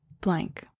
blank